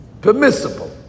permissible